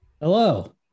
Hello